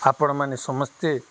ଆପଣ୍ମାନେ ସମସ୍ତେ